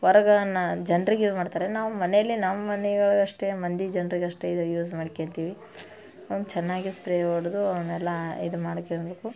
ಜನರಿಗೆ ಇದು ಮಾಡ್ತಾರೆ ನಾವು ಮನೆಲ್ಲೇ ನಮ್ಮ ಮನೆಗಳಿಗಷ್ಟೇ ಮಂದಿ ಜನರಿಗಷ್ಟೆ ಇದು ಯೂಸ್ ಮಾಡ್ಕ್ಯಂತಿವಿ ಚೆನ್ನಾಗಿ ಸ್ಪ್ರೇ ಹೊಡ್ದು ಆಮೇಲೆ ಇದು ಮಾಡ್ಕ್ಯಬೇಕು